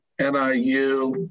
NIU